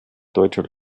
deutscher